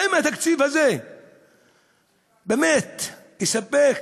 האם התקציב הזה באמת יספק